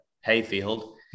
hayfield